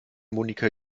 monika